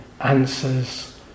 answers